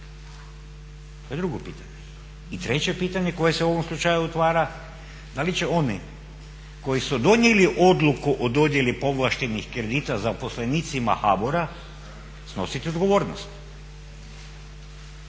To je drugo pitanje. I treće pitanje koje se u ovom slučaju otvara, da li će oni koji su donijeli Odluku u o dodjeli povlaštenih kredita zaposlenicima HBOR-a snositi odgovornost,